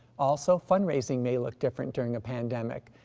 also fundraising may look different during a pandemic,